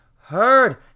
heard